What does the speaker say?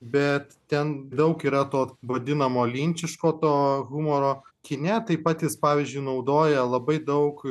bet ten daug yra to vadinamo linčiško to humoro kine taip pat jis pavyzdžiui naudoja labai daug